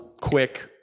quick